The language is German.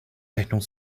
rechnung